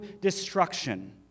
destruction